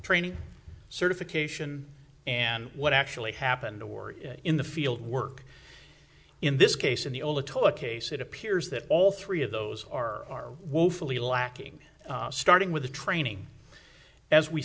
training certification and what actually happened or in the field work in this case in the old the toy case it appears that all three of those are woefully lacking starting with the training as we